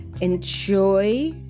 Enjoy